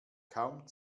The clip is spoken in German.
kaum